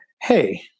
Hey